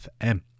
FM